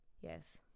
Yes